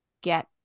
get